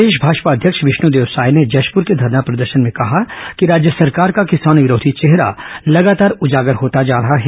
प्रदेश भाजपा अध्यक्ष विष्णुदेव साय ने जशपुर के धरना प्रदर्शन में कहा कि राज्य सरकार का किसान विरोधी चेहरा लगातार उजागर होता जा रहा है